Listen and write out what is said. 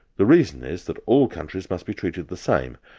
the reason is that all countries must be treated the same,